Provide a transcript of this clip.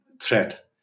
threat